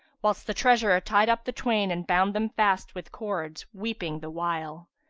whilst the treasurer tied up the twain and bound them fast with cords, weeping the while.